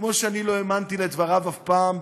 כמו שאני לא האמנתי לדבריו אף פעם,